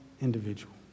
individual